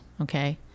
Okay